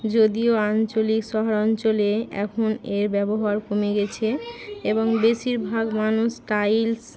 যদিও আঞ্চলিক শহরাঞ্চলে এখন এর ব্যবহার কমে গেছে এবং বেশিরভাগ মানুষ টাইলস